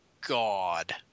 God